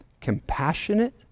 compassionate